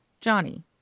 Johnny